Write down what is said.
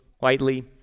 lightly